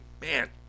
Man